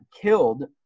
killed